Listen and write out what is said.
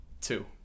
Two